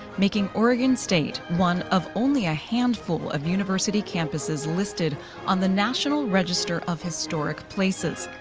making oregon state one of only a handful of university campuses listed on the national register of historic places.